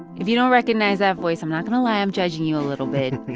if you don't recognize that voice, i'm not going to lie, i'm judging you a little bit.